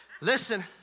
Listen